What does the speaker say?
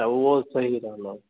त उहो सही रहंदो